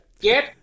Get